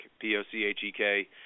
P-O-C-H-E-K